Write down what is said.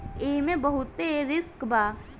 एईमे बहुते रिस्क बा